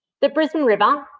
the brisbane river,